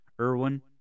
Irwin